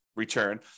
return